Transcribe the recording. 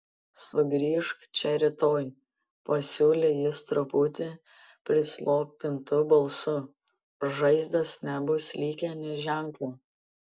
sugrįžk čia rytoj pasiūlė jis truputį prislopintu balsu žaizdos nebus likę nė ženklo